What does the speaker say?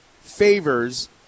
favors